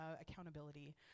accountability